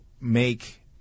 make